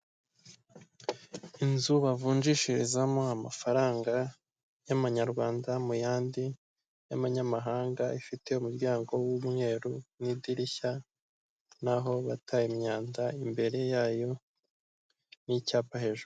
Inzu bavunjishirizamo amafaranga y'amanyarwanda mu yandi y'amanyamahanga ifite umuryango w'umweru n'idirishya, n'aho bata imyanda imbere yayo n'icyapa hejuru.